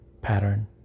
pattern